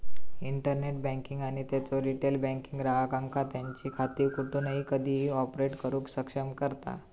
internet banking त्यांचो retail banking ग्राहकांका त्यांची खाती कोठूनही कधीही ऑपरेट करुक सक्षम करता